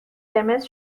قرمز